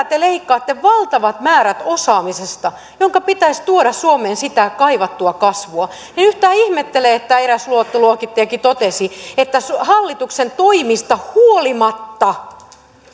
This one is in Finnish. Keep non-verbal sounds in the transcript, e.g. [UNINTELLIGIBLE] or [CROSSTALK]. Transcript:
[UNINTELLIGIBLE] te vielä leikkaatte valtavat määrät osaamisesta jonka pitäisi tuoda suomeen sitä kaivattua kasvua niin en yhtään ihmettele että eräs luottoluokittajakin totesi että hallituksen toimista huolimatta